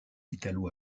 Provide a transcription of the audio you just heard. italo